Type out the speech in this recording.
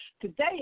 today